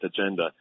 agenda